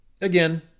again